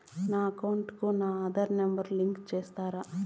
నా అకౌంట్ కు నా ఆధార్ నెంబర్ లింకు చేసారా